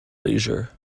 leisure